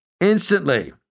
instantly